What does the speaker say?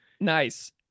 Nice